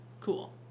Cool